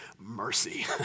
mercy